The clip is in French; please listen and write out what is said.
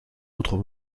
autres